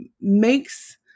makes